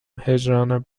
هجران